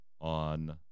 on